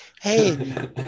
Hey